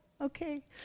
Okay